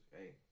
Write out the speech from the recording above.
hey